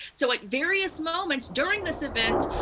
so at various moments during this event,